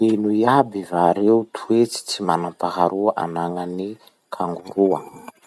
Ino iaby va reo toetsy tsy manam-paharoa anagnan'ny kangoroa?